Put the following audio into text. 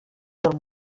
del